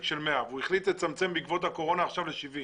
של 100 והוא החליט לצמצם בעקבות הקורונה ל-70,